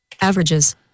Averages